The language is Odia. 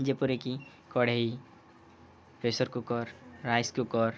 ଯେପରିକି କଢ଼େଇ ପ୍ରେସର୍ କୁକର୍ ରାଇସ୍ କୁକର୍